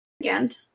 Again